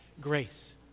grace